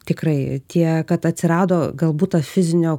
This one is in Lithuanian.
tikrai tie kad atsirado galbūt ta fizinio